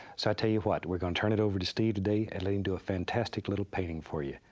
so i'll tell you what, we're going to turn it over to steve today and let him do a fantastic little painting for you.